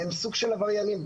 הם סוג של עבריינים.